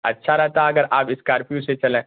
اچھا رہتا اگر آپ اسکارپیو سے چلیں